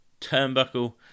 turnbuckle